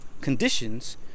Conditions